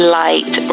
light